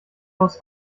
aus